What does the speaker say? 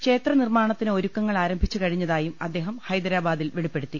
ക്ഷേത്ര നിർമ്മാണത്തിന് ഒരുക്കങ്ങൾ ആരംഭിച്ചുകഴിഞ്ഞതായും അദ്ദേഹം ഹൈദരാബാദിൽ വെളിപ്പെടുത്തി